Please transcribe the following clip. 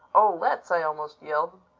oh, let's! i almost yelled.